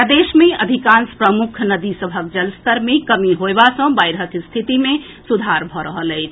प्रदेश मे अधिकांश प्रमुख नदी सभक जलस्तर मे कमी होएबा सँ बाढ़िक स्थिति मे सुधार भऽ रहल अछि